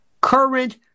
current